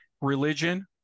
religion